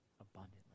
abundantly